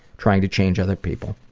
trying to change other people.